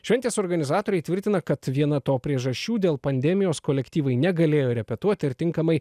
šventės organizatoriai tvirtina kad viena to priežasčių dėl pandemijos kolektyvai negalėjo repetuot ir tinkamai